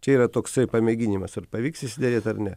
čia yra toksai pamėginimas ar pavyks išsiderėt ar ne